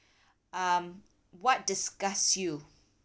um what disgusts you